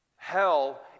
Hell